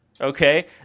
Okay